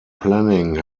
planning